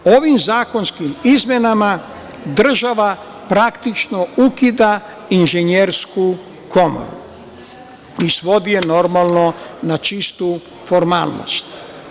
Ovim zakonskim izmenama država praktično ukida Inženjersku komoru i svodi je, normalno, na čistu formalnost.